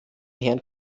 herrn